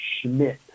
Schmidt